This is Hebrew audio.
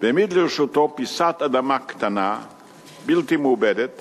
והעמיד לרשותו פיסת אדמה קטנה בלתי מעובדת